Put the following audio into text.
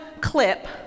clip